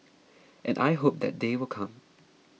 and I hope that day will come